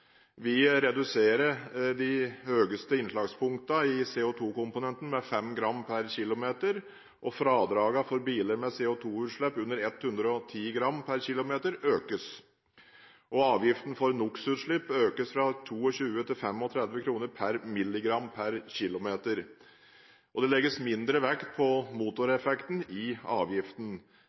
Vi reduserer de høyeste innslagspunktene i CO2-komponenten med 5 g/km, og fradragene for biler med CO2-utslipp under 110 g/km økes. Avgiften for NOx-utslipp økes fra 22 til 35 kroner per mg/km, og det legges mindre vekt på motoreffekten i avgiften.